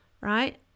Right